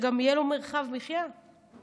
אבל שגם יהיו לו מרחב מחיה ותנאים.